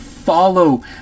Follow